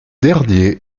dernier